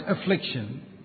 affliction